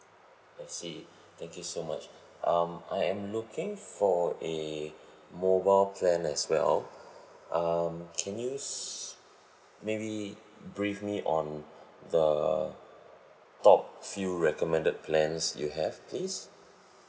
I see thank you so much um I am looking for a mobile plan as well um can you s~ maybe brief me on the top few recommended plans you have please